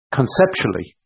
conceptually